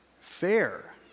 fair